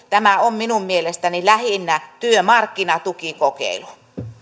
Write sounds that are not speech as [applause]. [unintelligible] tämä on minun mielestäni lähinnä työmarkkinatukikokeilu